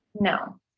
no